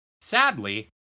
Sadly